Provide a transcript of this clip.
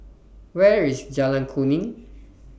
Where IS Jalan Kuning